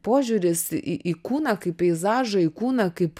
požiūris į į kūną kaip peizažą į kūną kaip